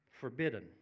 forbidden